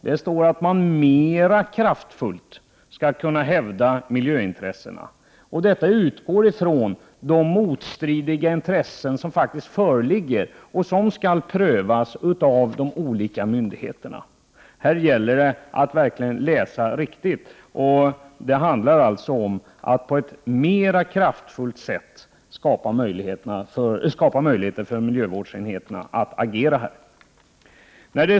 Där står att man ”mera kraftfullt” skall kunna hävda miljöintressena. Vi utgår här från de motstridiga intressen som faktiskt föreligger och som skall prövas av de olika myndigheterna. Här gäller det att verkligen läsa rätt. Det handlar alltså om att skapa möjligheter för miljövårdsenheterna att agera på ett mera kraftfullt sätt.